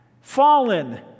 fallen